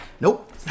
Nope